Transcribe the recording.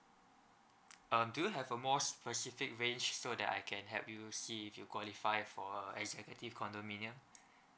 um do you have uh more specific range so that I can help you see if you qualify for uh executive condominium